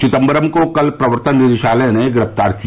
चिदम्बरम को कल प्रवर्तन निदेशालय ने गिरफ्तार किया